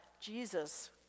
Jesus